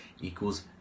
equals